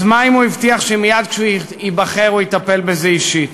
אז מה אם הוא הבטיח שמייד כאשר הוא ייבחר הוא יטפל בזה אישית?